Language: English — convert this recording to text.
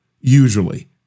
usually